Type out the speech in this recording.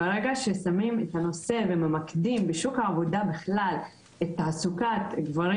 ברגע ששמים את הנושא וממקדים בשוק העבודה בכלל את תעסוקת גברים